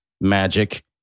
magic